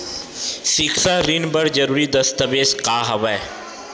सिक्छा ऋण बर जरूरी दस्तावेज का हवय?